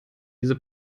diese